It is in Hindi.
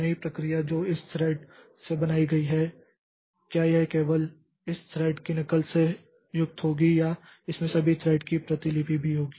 नई प्रक्रिया जो इस तरह से बनाई गई है क्या यह केवल इस थ्रेड की नकल से युक्त होगी या इसमें इन सभी थ्रेड की प्रतिलिपि भी होंगी